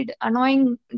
annoying